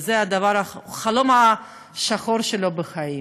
וזה החלום השחור שלו בחיים.